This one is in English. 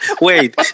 Wait